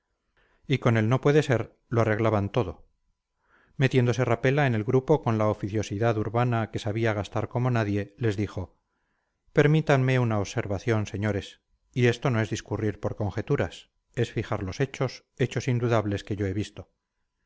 y con el no puede ser lo arreglaban todo metiéndose rapella en el grupo con la oficiosidad urbana que sabía gastar como nadie les dijo permítanme una observación señores y esto no es discurrir por conjeturas es fijar los hechos hechos indudables que yo he visto